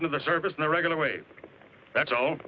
into the service in the regular way that's all